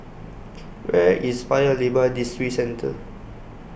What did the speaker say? Where IS Paya Lebar Districentre